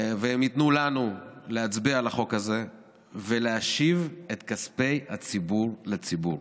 והם ייתנו לנו להצביע על החוק הזה ולהשיב את כספי הציבור לציבור.